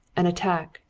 an attack,